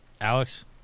Alex